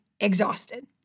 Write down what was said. exhausted